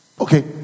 Okay